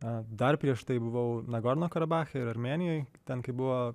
o dar prieš tai buvau nagorno karabache ir armėnijoj ten kai buvo